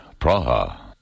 Praha